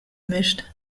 mischt